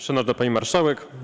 Szanowna Pani Marszałek!